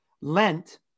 Lent